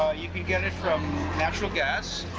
ah you can get it from natural gas,